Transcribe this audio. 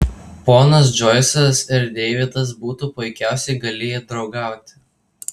ponas džoisas ir deividas būtų puikiausiai galėję draugauti